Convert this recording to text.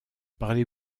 parlez